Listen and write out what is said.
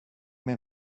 min